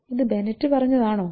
ഇത് ബെനെറ്റ് പറഞ്ഞതാണോ